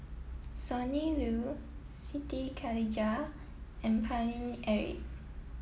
Sonny Liew Siti Khalijah and Paine Eric